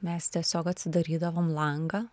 mes tiesiog atsidarydavom langą